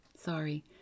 sorry